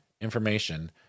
information